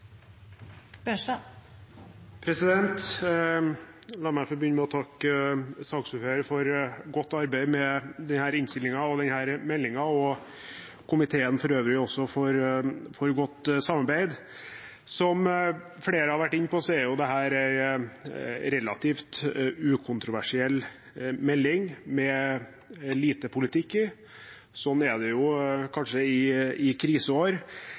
til. La meg få begynne med å takke saksordføreren for godt arbeid med denne innstillingen og denne meldingen og komiteen for øvrig også for godt samarbeid. Som flere har vært inne på, er dette en relativt ukontroversiell melding, med lite politikk i. Sånn er det kanskje i kriseår.